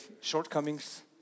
shortcomings